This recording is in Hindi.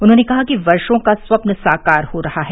उन्होंने कहा कि वर्षो का स्वप्न साकार हो रहा है